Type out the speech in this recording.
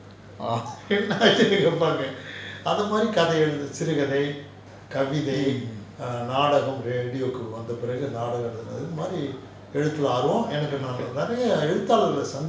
orh mm mm